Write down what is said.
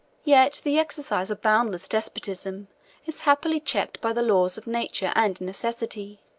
yet the exercise of boundless despotism is happily checked by the laws of nature and necessity.